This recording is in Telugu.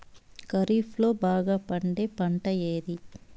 ఖరీఫ్ లో బాగా పండే పంట ఏది?